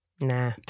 Nah